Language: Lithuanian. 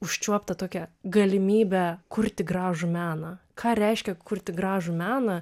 užčiuopta tokia galimybę kurti gražų meną ką reiškia kurti gražų meną